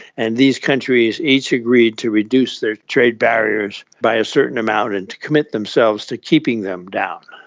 and these countries each agreed to reduce their trade barriers by a certain amount and to commit themselves to keeping them down.